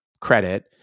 credit